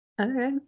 Okay